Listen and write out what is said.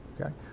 okay